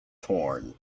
torn